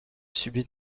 subit